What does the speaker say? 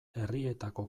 herrietako